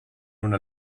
una